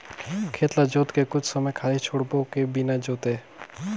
खेत ल जोत के कुछ समय खाली छोड़बो कि बिना जोते?